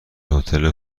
هتل